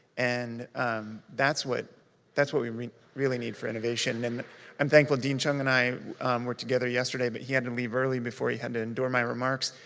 and that's what that's what we really need for innovation. and i'm thankful, dean chiang and i were together yesterday, but he had to leave early before he had to endure my remarks.